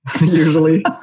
usually